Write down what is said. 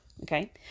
Okay